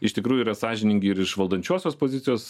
iš tikrųjų yra sąžiningi ir iš valdančiosios pozicijos